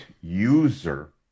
user